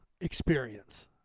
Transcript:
experience